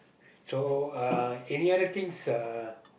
so uh any other things uh